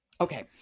Okay